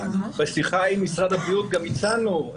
בשיחה עם משרד הבריאות גם הצענו,